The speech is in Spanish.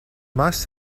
más